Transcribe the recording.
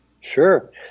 Sure